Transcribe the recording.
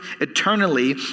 eternally